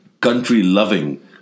country-loving